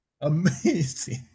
Amazing